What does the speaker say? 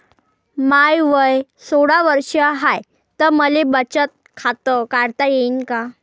माय वय सोळा वर्ष हाय त मले बचत खात काढता येईन का?